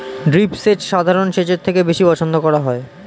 drip সেচ সাধারণ সেচের থেকে বেশি পছন্দ করা হয়